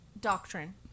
doctrine